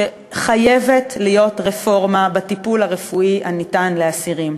שחייבת להיות רפורמה בטיפול הרפואי הניתן לאסירים.